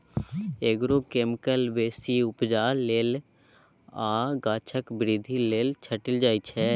agrochemicals बेसी उपजा लेल आ गाछक बृद्धि लेल छीटल जाइ छै